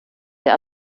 der